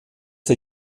der